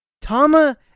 Tama